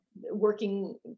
working